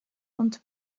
und